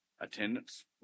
Attendance